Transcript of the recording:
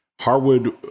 Harwood